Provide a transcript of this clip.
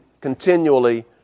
continually